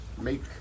make